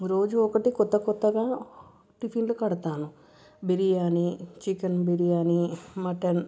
రోజు ఒకటి కొత్త కొత్తగా టిఫిన్లు కడతాను బిర్యానీ చికెన్ బిర్యానీ మటన్